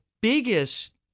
biggest